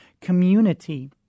community